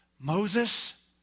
Moses